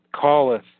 calleth